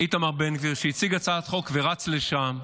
איתמר בן גביר, שהציג הצעת חוק, רץ לשם,